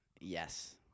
Yes